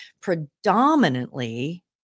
predominantly